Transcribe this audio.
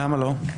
למה לא?